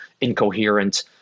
incoherent